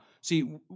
See